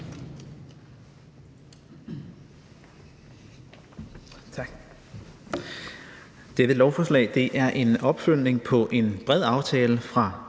Tak.